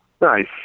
Nice